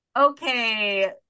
okay